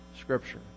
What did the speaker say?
Scripture